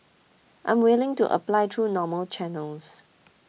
I'm willing to apply through normal channels